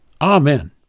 Amen